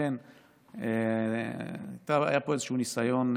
לכן היה פה איזשהו ניסיון,